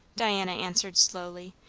diana answered slowly,